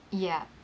ya